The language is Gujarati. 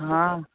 હ